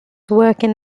working